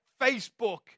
Facebook